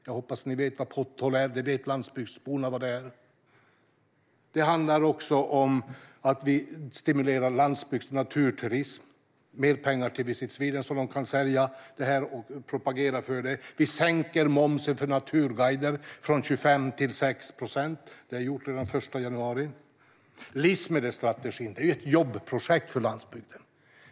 Jag hoppas att ni vet vad potthål är - det vet landsbygdsborna. Det handlar också om att stimulera landsbygdsnaturturism och om mer pengar till Visit Sweden så att de kan sälja in och propagera för detta. Vi sänker momsen för naturguider från 25 till 6 procent. Detta gjordes redan den 1 januari. Livsmedelsstrategin är ett jobbprojekt för landsbygden.